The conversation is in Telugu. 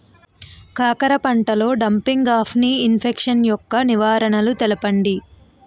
కాకర పంటలో డంపింగ్ఆఫ్ని ఇన్ఫెక్షన్ యెక్క నివారణలు తెలపండి?